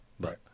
Right